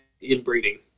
inbreeding